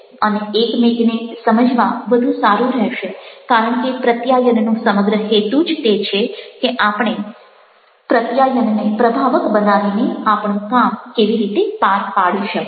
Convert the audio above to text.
અને એકમેકને સમજવા વધુ સારું રહેશે કારણ કે પ્રત્યાયનનો સમગ્ર હેતુ જ તે છે કે આપણે પ્રત્યાયનને પ્રભાવક બનાવીને આપણું કામ કેવી રીતે પાર પાડી શકાય